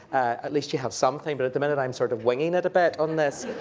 at least you have something, but at the minute, i'm sort of winging it a bit on this.